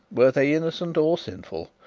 were they innocent or sinful,